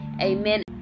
Amen